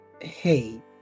Hey